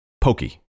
Pokey